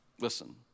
Listen